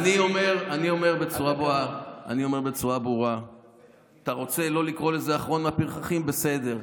אני אומר בצורה ברורה: אתה רוצה לא לקרוא לזה "אחרון הפרחחים" בסדר.